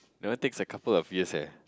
that one takes a couple of year leh